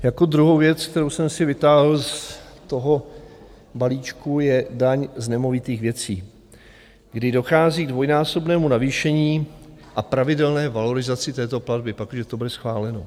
Jako druhou věc, kterou jsem si vytáhl z toho balíčku, je daň z nemovitých věcí, kdy dochází k dvojnásobnému navýšení a pravidelné valorizaci této platby, pakliže to bude schváleno.